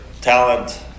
talent